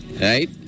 right